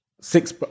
six